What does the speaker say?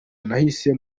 nahise